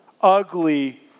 ugly